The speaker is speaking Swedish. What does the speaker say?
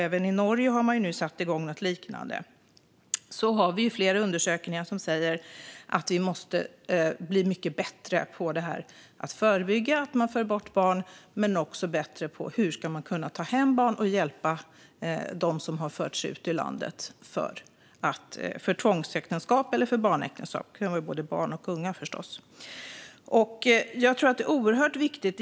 Även i Norge har man nu satt igång något liknande. Flera undersökningar säger att vi måste bli mycket bättre på att förebygga att man för bort barn men också bättre på att ta hem barn och hjälpa dem som har förts ut ur landet för tvångsäktenskap eller barnäktenskap - det kan förstås vara både barn och unga.